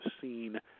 seen